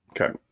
Okay